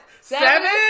Seven